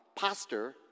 pastor